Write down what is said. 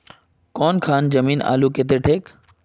कौन खान जमीन आलूर केते ठिक?